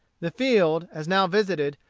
the field, as now visited,